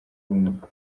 ubumuga